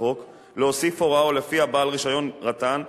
החוק להוסיף הוראה שלפיה בעל רשיון רט"ן,